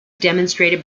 demonstrated